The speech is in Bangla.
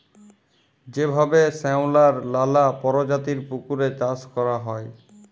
যেভাবে শেঁওলার লালা পরজাতির পুকুরে চাষ ক্যরা হ্যয়